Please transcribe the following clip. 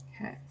Okay